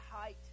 height